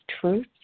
truth